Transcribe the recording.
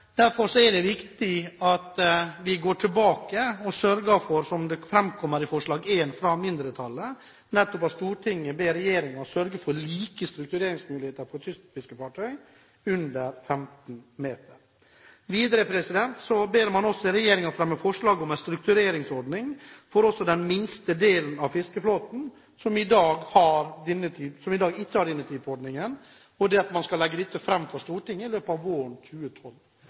Derfor er det viktig at vi går tilbake og sørger for, som det framkommer i forslag nr. 1, fra mindretallet: «Stortinget ber regjeringen sørge for like struktureringsmuligheter for kystfiskefartøy over 15 meter.» Videre ber man også «regjeringen fremme forslag om en struktureringsordning også for den minste delen av fiskeflåten som i dag ikke har denne typen ordninger», og at man skal legge dette fram for Stortinget i løpet av våren 2012